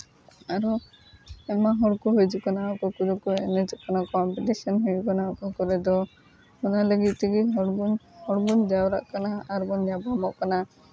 ᱟᱨᱦᱚᱸ ᱟᱭᱢᱟ ᱦᱚᱲ ᱠᱚ ᱦᱤᱡᱩᱜ ᱠᱟᱱᱟ ᱚᱠᱚᱭ ᱠᱚᱫᱚ ᱠᱚ ᱮᱱᱮᱡᱚᱜ ᱠᱟᱱᱟ ᱠᱚᱢᱯᱤᱴᱤᱥᱮᱱ ᱦᱩᱭᱩᱜ ᱠᱟᱱᱟ ᱚᱠᱟ ᱠᱚᱨᱮ ᱫᱚ ᱚᱱᱟ ᱞᱟᱹᱜᱤᱫ ᱛᱮᱜᱮ ᱦᱚᱲ ᱵᱚ ᱦᱚᱲ ᱵᱚᱱ ᱡᱟᱣᱨᱟᱜ ᱠᱟᱱᱟ ᱟᱨᱵᱚᱱ ᱧᱟᱯᱟᱢᱚᱜ ᱠᱟᱱᱟ